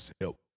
help